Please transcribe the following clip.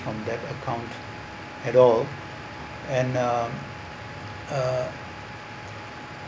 from that account at all and uh uh